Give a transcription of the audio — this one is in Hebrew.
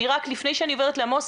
לפני שאני עוברת אליך,